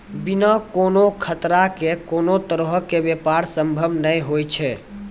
बिना कोनो खतरा के कोनो तरहो के व्यापार संभव नै होय छै